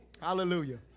Hallelujah